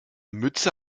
mütze